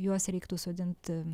juos reiktų sodinti